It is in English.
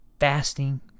fasting